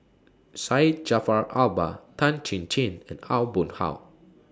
Syed Jaafar Albar Tan Chin Chin and Aw Boon Haw